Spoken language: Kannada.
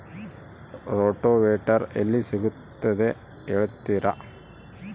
ರೋಟೋವೇಟರ್ ಎಲ್ಲಿ ಸಿಗುತ್ತದೆ ಹೇಳ್ತೇರಾ?